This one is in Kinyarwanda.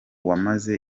wamaze